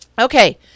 Okay